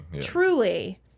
truly